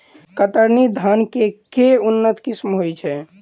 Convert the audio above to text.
कतरनी धान केँ के उन्नत किसिम होइ छैय?